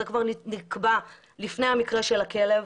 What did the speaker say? וזה נקבע עוד לפני המקרה של הכלב.